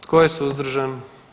Tko je suzdržan?